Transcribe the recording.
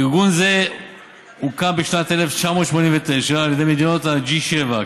ארגון זה הוקם בשנת 1989 על ידי מדינות ה-G7,